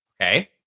okay